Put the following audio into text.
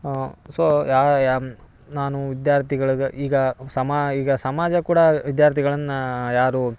so ಯಾವ ಯಾನು ನಾನು ವಿದ್ಯಾರ್ಥಿಗಳಿಗೆ ಈಗ ಸಮ ಈಗ ಸಮಾಜ ಕೂಡ ವಿದ್ಯಾರ್ಥಿಗಳನ್ನ ಯಾರು